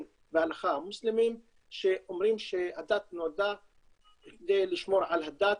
וההלכה המוסלמיים שאומרים שהדת נולדה כדי לשמור על הדת,